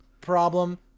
problem